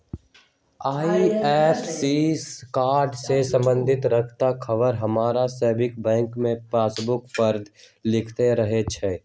IFSC code से संबंध रखैत ख़बर हमर सभके बैंक के पासबुक पर लिखल रहै छइ